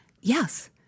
Yes